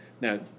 Now